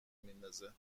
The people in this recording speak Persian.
میندازه